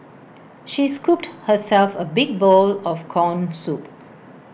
she scooped herself A big bowl of Corn Soup